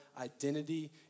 identity